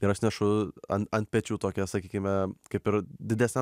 ir aš nešu an ant pečių tokią sakykime kaip ir didesnę